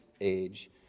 age